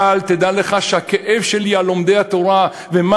אבל תדע לך שהכאב שלי על לומדי התורה ומה